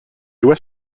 doit